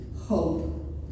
hope